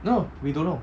no we don't know